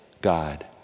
God